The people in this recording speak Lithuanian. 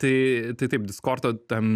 tai tai taip diskorto tam